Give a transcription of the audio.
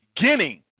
beginning